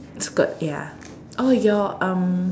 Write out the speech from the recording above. skirt ya oh your um